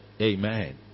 amen